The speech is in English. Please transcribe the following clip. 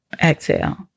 Exhale